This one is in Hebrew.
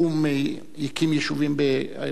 הרסו אותו.